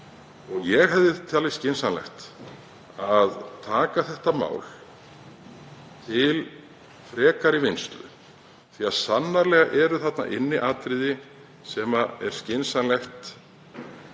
Ég hefði talið skynsamlegt að taka þetta mál til frekari vinnslu því að sannarlega eru þarna atriði sem skynsamlegt